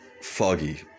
foggy